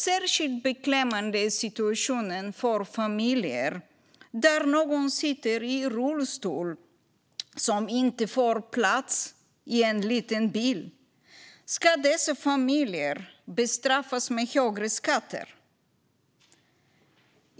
Särskilt beklämmande är situationen för familjer där någon sitter i rullstol och därför inte får plats i en liten bil. Ska dessa familjer bestraffas med högre skatter?